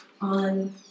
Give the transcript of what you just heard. on